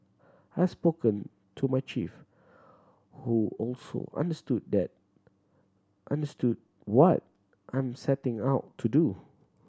I spoken to my chief who also understood that understood what I'm setting out to do